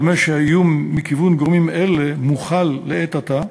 דומה שהאיום מכיוון גורמים אלה מוכל לעת עתה.